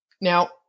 Now